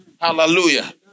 Hallelujah